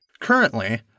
Currently